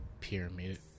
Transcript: pyramid